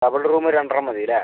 double room രണ്ട് എണ്ണം മതിയല്ലേ